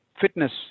fitness